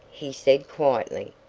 he said quietly,